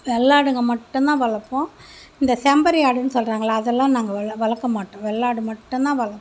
வெள்ளாடுங்க மட்டும்தான் வளர்ப்போம் இந்த செம்பரி ஆடுன்னு சொல்லுறாங்களே அதெல்லாம் நாங்கள் வளர்க்க மாட்டோம் வெள்ளாடு மட்டும்தான் வளர்ப்போம்